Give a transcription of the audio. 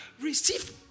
receive